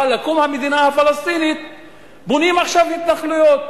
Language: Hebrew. לקום המדינה הפלסטינית בונים עכשיו התנחלויות?